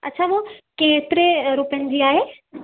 अच्छा वो केतिरे रुपियनि जी आहे